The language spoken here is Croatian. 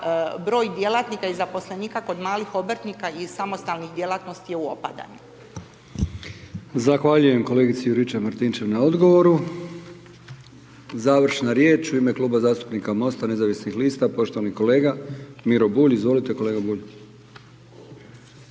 broj djelatnika i zaposlenika kod malih obrtnika i samostalnih djelatnosti je u opadanju. **Brkić, Milijan (HDZ)** Zahvaljujem kolegici Juričev Martinčev na odgovoru. Završna riječ u ime Kluba zastupnika MOST-a nezavisnih lista, poštovani kolega Miro Bulj. Izvolite kolega Bulj.